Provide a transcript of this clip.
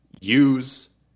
use